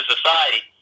Society